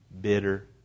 bitter